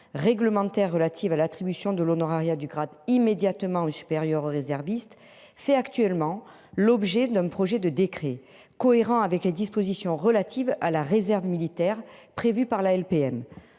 réglementaires relatives à l'attribution de l'honorariat du grade immédiatement supérieur aux réservistes fait actuellement l'objet d'un projet de décret cohérent avec les dispositions relatives à la réserve militaire prévus par la LPM